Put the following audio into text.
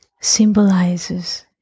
symbolizes